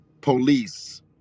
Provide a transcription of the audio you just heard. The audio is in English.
Police